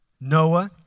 Noah